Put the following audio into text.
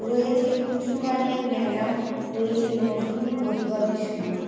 রয়েছে টুসু গানের মেলা রয়েছে নজরুল প্রতিবাদী সুর